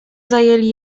zajęli